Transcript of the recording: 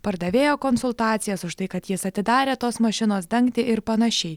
pardavėjo konsultacijas už tai kad jis atidarė tos mašinos dangtį ir panašiai